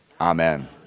amen